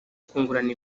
kungurana